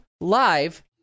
live